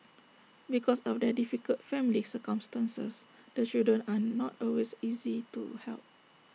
because of their difficult family circumstances the children are not always easy to help